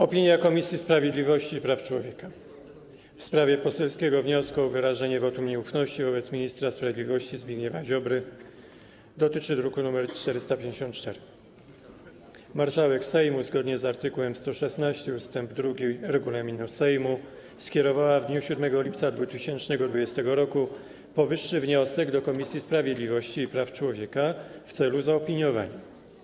Opinia Komisji Sprawiedliwości i Praw Człowieka w sprawie poselskiego wniosku o wyrażenie wotum nieufności wobec ministra sprawiedliwości Zbigniewa Ziobry, druku nr 454. Marszałek Sejmu, zgodnie z art. 116 ust. 2 regulaminu Sejmu, skierowała w dniu 7 lipca 2020 r. powyższy wniosek do Komisji Sprawiedliwości i Praw Człowieka w celu zaopiniowania.